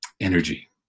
energy